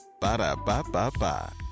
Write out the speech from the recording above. Ba-da-ba-ba-ba